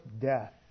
death